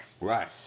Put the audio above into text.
Right